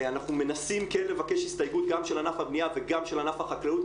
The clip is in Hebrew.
אנחנו מנסים כן לבקש הסתייגות גם של ענף הבנייה וגם של ענף החקלאות,